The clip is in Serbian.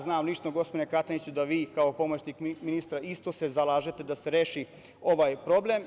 Znam lično, gospodine Kataniću, da vi kao pomoćnik ministra isto se zalažete da se reši ovaj problem.